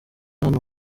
hano